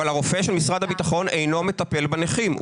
אבל הרופא של משרד הביטחון אינו מטפל בנכים.